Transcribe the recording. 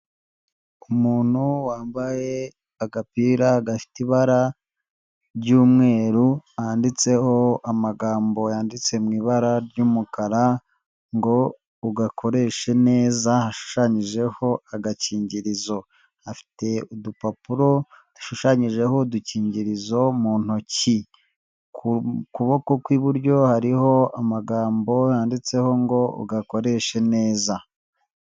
Umuntu wambaye agapira gafite ibara ry'umweru handitseho amagambo yanditse mu ibara ry'umukara ngo ugakoreshe neza hashushanyijeho agakingirizo, afite udupapuro dushushanyijeho udukingirizo mu ntoki, ku kuboko kw'iburyo hariho amagambo yanditseho ngo ugakoreshe neza.